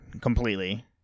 completely